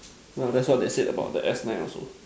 what that's what they said about the F nine also